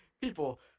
people